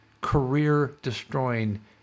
career-destroying